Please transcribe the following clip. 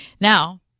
Now